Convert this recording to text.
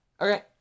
Okay